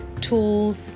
tools